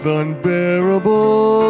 unbearable